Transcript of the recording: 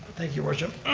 thanks your worship,